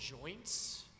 joints